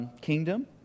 kingdom